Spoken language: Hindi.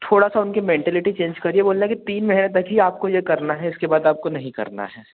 थोड़ा सा उनके मेंटालिटी चेंज करिए बोलना कि तीन महीना तक ही आपको ये करना है इसके बाद आपको नहीं करना है